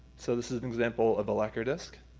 so this is an example of the lacquer disc.